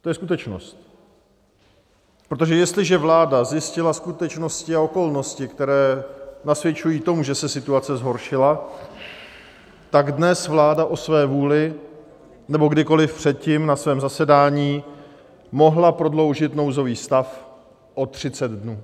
To je skutečnost, protože jestliže vláda zjistila skutečnosti a okolnosti, které nasvědčují tomu, že se situace zhoršila, tak dnes vláda o své vůli nebo kdykoli předtím na svém zasedání mohla prodloužit nouzový stav o 30 dnů.